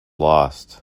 lost